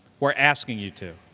we're asking you to,